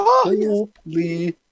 Holy